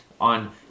on